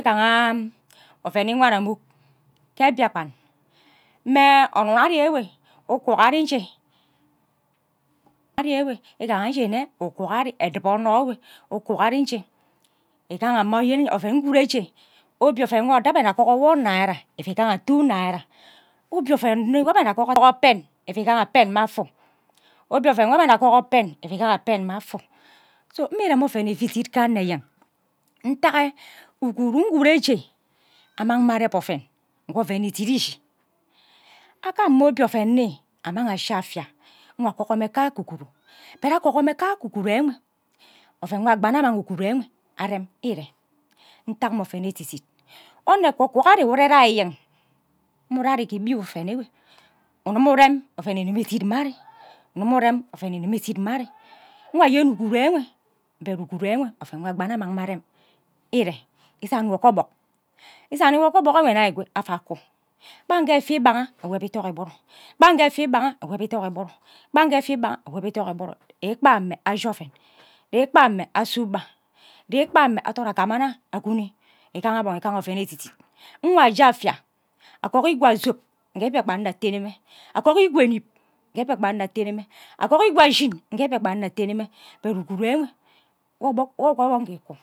Igaha oven iwan anmuk ke mbiakpan mme onun ari enwe ukwo ari nje ari enuhe nne igwo arai edibo anne owe ukwok ari nje igaha mmani eyeni oven nwo ure eje obie oven nwo abe nna agogor one naira ivigaha two naira obie oven nne nwo abe nna agogor pen. Ivi igaha pen mma afo obie oven abe nna agogen pen ivi igaha pen mma afo so mme irem oven ivi dik ghe anno enye ntage ughoro nwo ire je amang mme areb oven nghe oven idit ishi agam. Mme obie oven nno ammang mme eshi afia nkwa agogor mme ka ke ughuru but agogor mme kake aghara enwe oven nwo agba nne amang ughuru enwe arem ire ntak mme oven nne edit dit onno ekwo kwo ari ure yange enyeng mme ure ari ke ugbi ugen ewe unu mmu unrem even idimi idit mme uri nnuma ufum oven igini idit mme ari nnuma urem oven igima idit mma ari nkwa anye ughuru enwe but ughuru enwe oven nwo agba nne amang mme arem are isan wo ke obok isani wo ghe obok enwe mme nna ikwe ava aku kpa enghe efi i idarga awob idok igburu kpa nke efie idarga awob idok igburu kpu nke efie idanga awob idok igburu ikpa ammo ashi oven ikpa mme abe ugba amme adet ogama nna oguni igaha gbon igaha oven editdit nwo aje afia akogo ikwa zob nghe mbiakpan nna atene mme akwa enib nghe mbiakpen ana atene mme agok ikwe zam nke mbiakpan nta atene mme but ughuru enye wo ke obok nne giku.